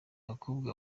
bakobwa